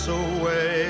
away